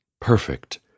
perfect